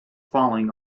falling